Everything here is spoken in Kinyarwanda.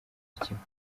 kimwe